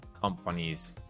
companies